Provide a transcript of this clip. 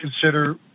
consider